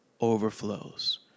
overflows